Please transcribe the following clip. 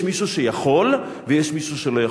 יש מישהו שיכול ויש מישהו שלא יכול.